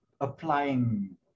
applying